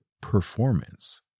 performance